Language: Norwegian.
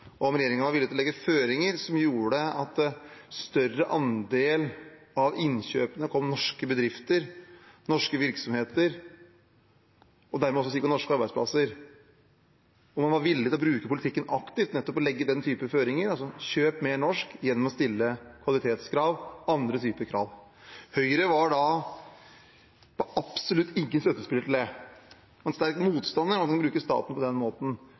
og om regjeringen var villig til å legge føringer som gjorde at en større andel av innkjøpene kom norske bedrifter, norske virksomheter og dermed også norske arbeidsplasser til gode – om man var villig til å bruke politikken aktivt ved nettopp å legge den typen føringer: Kjøp mer norsk gjennom å stille kvalitetskrav og andre typer krav. Høyre var da absolutt ingen støttespiller for det, de var sterkt motstander av å bruke staten på den måten.